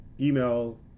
email